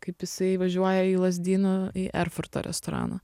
kaip jisai įvažiuoja į lazdynų į erfurto restoraną